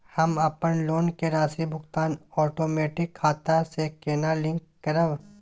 हम अपन लोन के राशि भुगतान ओटोमेटिक खाता से केना लिंक करब?